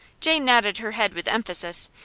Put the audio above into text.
jane nodded her head with emphasis,